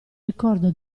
ricordo